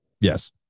Yes